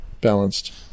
balanced